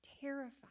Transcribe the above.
terrified